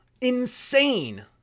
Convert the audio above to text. insane